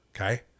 Okay